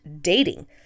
dating